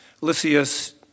Lysias